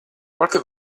qualche